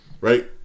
Right